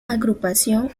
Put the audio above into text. agrupación